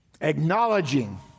acknowledging